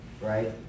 Right